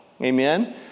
amen